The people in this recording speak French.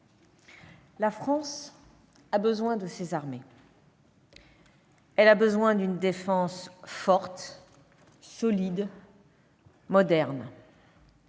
la France a besoin de ses armées. Elle a besoin d'une défense forte, solide, moderne.